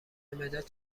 مداد